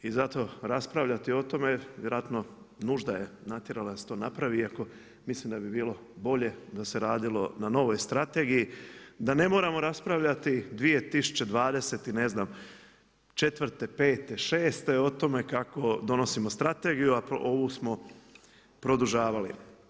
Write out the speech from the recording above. I zato raspravljati o tome vjerojatno nužda je natjerala da se to napravi iako mislim da bi bilo bolje da se radilo na novoj strategiji, da ne moramo raspravljati 2020. i ne znam četvrte, pete, šeste o tome kako donosimo strategiju, a ovu smo produžavali.